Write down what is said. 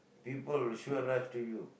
people will sure rush to you